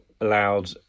allowed